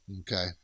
Okay